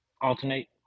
alternate